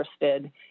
interested